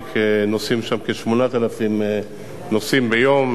שנוסעים שם כ-8,000 נוסעים ביום,